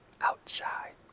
outside